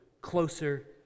closer